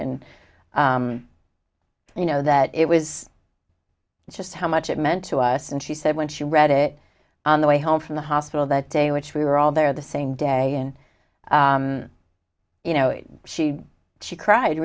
and you know that it was just how much it meant to us and she said when she read it on the way home from the hospital that day which we were all there the same day and you know it she she cried